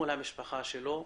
מול המשפחה שלו,